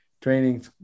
training